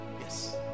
yes